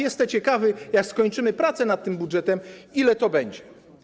Jestem ciekawy, jak skończymy prace nad tym budżetem, ile to będzie.